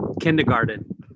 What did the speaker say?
kindergarten